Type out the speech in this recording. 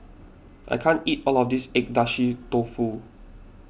I can't eat all of this Agedashi Dofu